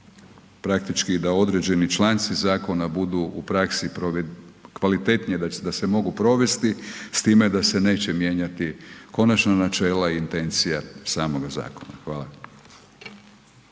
praktički da određeni članci zakona budu u praksi kvalitetnije da se mogu provesti s time da se neće mijenjati konačno načela i intencija samoga zakona. Hvala.